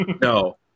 No